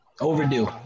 overdue